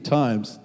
times